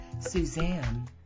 Suzanne